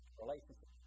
relationship